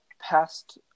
past